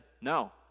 No